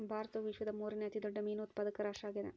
ಭಾರತವು ವಿಶ್ವದ ಮೂರನೇ ಅತಿ ದೊಡ್ಡ ಮೇನು ಉತ್ಪಾದಕ ರಾಷ್ಟ್ರ ಆಗ್ಯದ